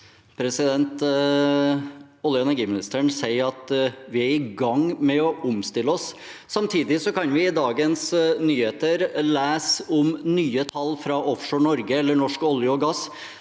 Olje- og energi- ministeren sier at vi er i gang med å omstille oss. Samtidig kan vi i dagens nyheter lese om nye tall fra Offshore Norge eller Norsk olje og gass.